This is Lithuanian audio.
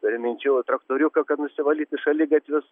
turim minčių traktoriuką kad nusivalyti šaligatvius